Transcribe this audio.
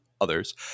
others